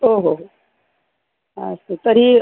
ओ हो हो अस्तु तर्हि